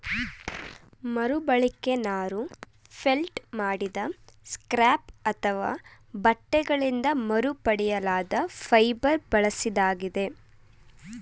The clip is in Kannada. ಮರುಬಳಕೆ ನಾರು ಫೆಲ್ಟ್ ಮಾಡಿದ ಸ್ಕ್ರ್ಯಾಪ್ ಅಥವಾ ಬಟ್ಟೆಗಳಿಂದ ಮರುಪಡೆಯಲಾದ ಫೈಬರ್ ಬಳಸಿದಾಗಿದೆ